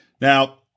Now